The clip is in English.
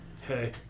Hey